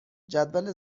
جدول